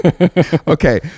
Okay